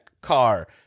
Car